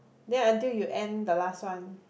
then until you end the last one